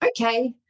okay